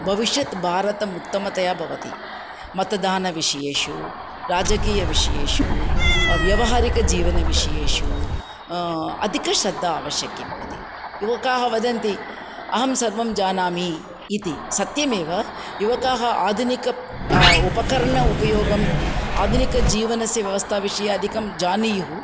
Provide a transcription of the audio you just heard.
भविष्यत् भारतमुत्तमतया भवति मतदानविषयेषु राजकीयविषयेषु व्यवहारिक जीवनविषयेषु अधिकश्रद्धा अवश्यकि भवति युवकाः वदन्ति अहं सर्वं जानामि इति सत्यमेव युवकाः आधुनिकम् उपकरणम् उपयोगम् आधुनिकस्य जीवनस्य व्यवस्थाविषये अधिकं जानीयुः